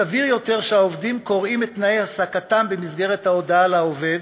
סביר יותר שהעובדים קוראים את תנאי העסקתם במסגרת ההודעה לעובד,